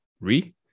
re